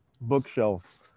bookshelf